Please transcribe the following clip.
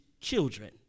children